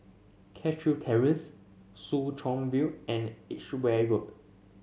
Cashew Terrace Soo Chow View and Edgeware Road